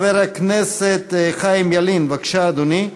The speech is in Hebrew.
חבר הכנסת חיים ילין, בבקשה, אדוני.